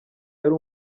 yari